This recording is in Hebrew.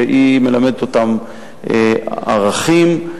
שמלמדות אותם ערכים,